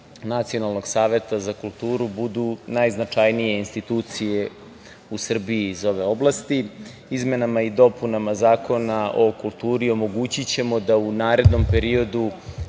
Nacionalnog saveta za kulturu budu najznačajnije institucije u Srbiji iz ove oblasti. Izmenama i dopunama Zakona o kulturi omogućićemo da u narednom periodu